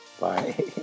bye